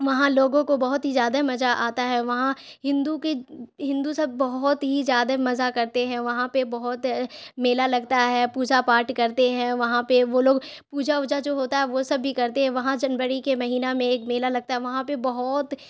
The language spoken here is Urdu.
وہاں لوگوں کو بہت ہی زیادہ مزہ آتا ہے وہاں ہندو کی ہندو سب بہت ہی زیادہ مزہ کرتے ہیں وہاں پہ بہت میلہ لگتا ہے پوجا پاٹھ کرتے ہیں وہاں پہ وہ لوگ پوجا اوجا جو ہوتا ہے وہ سب بھی کرتے ہیں وہاں جنوری کے مہینہ میں ایک میلا لگتا ہے وہاں پہ بہت